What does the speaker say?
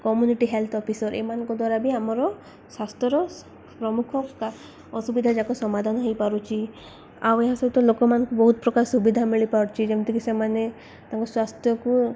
community health officer ଏମାନଙ୍କ ଦ୍ୱାରା ବି ଆମର ସ୍ୱାସ୍ଥ୍ୟର ପ୍ରମୁଖ ଅସୁବିଧା ଯାକ ସମାଧାନ ହେଇପାରୁଛି ଆଉ ଏହା ସହିତ ଲୋକମାନଙ୍କୁ ବହୁତ ପ୍ରକାର ସୁବିଧା ମିଳିପାରୁଛି ଯେମିତିକି ସେମାନେ ତାଙ୍କ ସ୍ୱାସ୍ଥ୍ୟକୁ